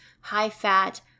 high-fat